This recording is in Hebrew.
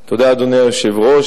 תודה, אדוני היושב-ראש.